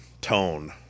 Tone